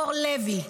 אור לוי,